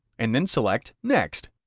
and then select next.